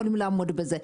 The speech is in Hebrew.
יכולים לעמוד בזה.